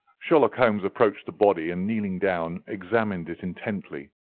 sherlock holmes approached the body, and, kneeling down, examined it intently.